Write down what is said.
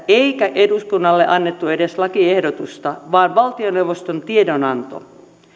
eikä eduskunnalle annettu edes lakiehdotusta vaan valtioneuvoston tiedonanto